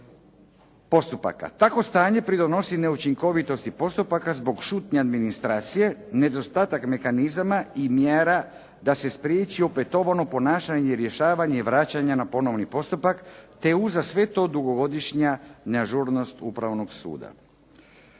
Takvo stanje pridonosi neučinkovitosti postupaka zbog šutnje administracije, nedostatak mehanizama i mjera da se spriječi opetovano ponašanje, rješavanje i vraćanje na ponovni postupak, te uza sve to dugogodišnja neažurnost upravnog suda.